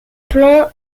plan